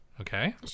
Okay